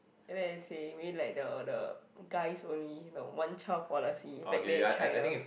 and then you say maybe like the the guys only the one child policy back then in China